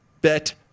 bet